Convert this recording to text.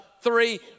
three